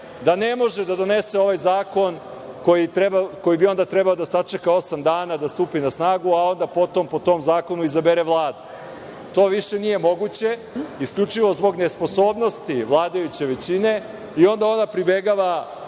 da ne može da donese ovaj zakon koji bi onda trebao da sačeka osam dana da stupi na snagu, a onda po tom zakonu da izabere Vladu. To više nije moguće, a isključivo zbog nesposobnosti vladajuće većine i onda ona pribegava